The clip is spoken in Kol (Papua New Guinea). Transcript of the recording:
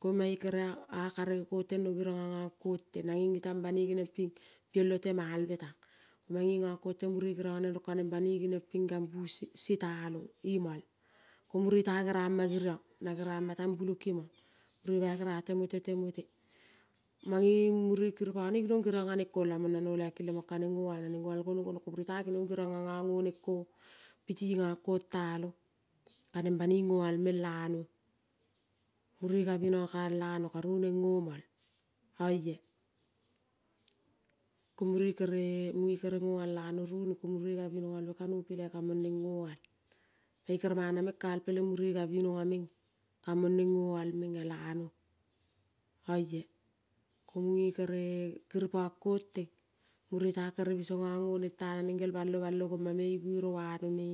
Ko mae kere a, akarege kong teng no gerionga ngang kong teng. Na ngenge teng banoi geniang ping bialo temalve tang. Mange nang kong teng mure geriong aneng rong kaneng banoi geniong ping gambuse, na gerama tang bulokima mure bai gera te motete mote mange mure kiripane ginong geriong aneng kong lamang nano laiki lemang kaneng goal. Naneng goal gonong gonong. Ko mure ta ginong geronga nga ngoneng kong piti ngang kong talong kaneng banoi ngoal meng lano. Mure kabiina ka al lano karu neng ngomal oia. Ko mure kere mue kere ngoal lano roni ko mure gabinogalve kanopilai kamang neng ngoal. Mae mana meng ka al peleng mure gavnoga meng amang neng ngoal meng ala no oia. Ko munge kere kiripang kang teng mure ta kere biso nga ngo neng ta naneng gel balo, balo gomame i vere vaneng me